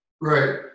right